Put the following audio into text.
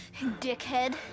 dickhead